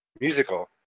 musical